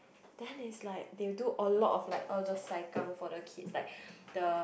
then is like they will do a lot of like all the sai kang for the kids like the